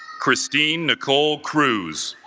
christine nicole cruz